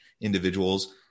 individuals